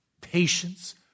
patience